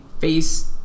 face